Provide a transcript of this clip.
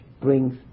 brings